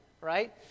right